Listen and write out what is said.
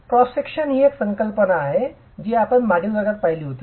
cross section ही एक संकल्पना आहे जी आपण मागील वर्गात पाहिली होती